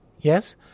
Yes